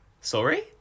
sorry